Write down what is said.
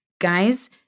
Guys